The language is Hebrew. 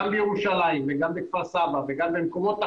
גם בירושלים וגם בכפר סבא וגם במקומות אחרים,